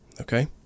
Okay